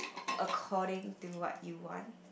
according to what you want